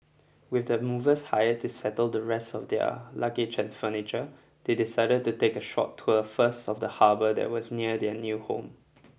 with the movers hired to settle the rest of their luggage and furniture they decided to take a short tour first of the harbour that was near their new home